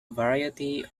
variety